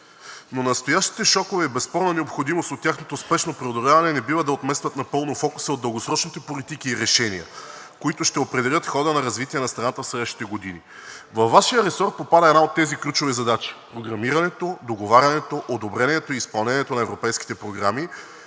Настоящите шокове обаче и безспорна необходимост от тяхното спешно преодоляване не бива да отместват напълно фокуса от дългосрочните политики и решения, които ще определят хода на развитие на страната в следващите години. Във Вашия ресор попада една от тези ключови задачи – програмирането, договарянето, одобрението и изпълнението на европейските програми,